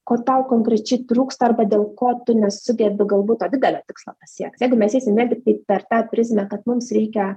ko tau konkrečiai trūksta arba dėl ko tu nesugebi galbūt to didelio tikslo pasiekt jeigu mes eisim vien tiktai per tą prizmę kad mums reikia